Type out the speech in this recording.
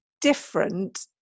different